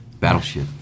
Battleship